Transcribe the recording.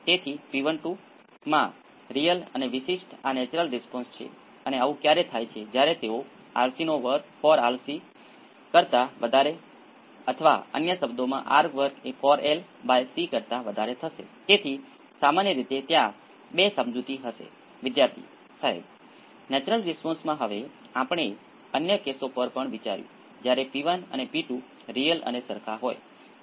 તેથી કૃપા કરીને કરો કે હું આની આગળ ચર્ચા નહીં કરું કારણ કે આ ફક્ત પ્લોટ રચવા વિશે છે પરંતુ પ્લોટ કરવું ખૂબ જ મહત્વપૂર્ણ છે અને તેનો દેખાવ ખાસ કરીને જેમ કે તમારી પાસે આ વસ્તુઓ કરવાની પૂરતી પ્રેક્ટિસ નથી હું વિવિધ પ્રકારનાં ફંક્શન માટે પ્લોટ કરીશ અને